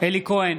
אלי כהן,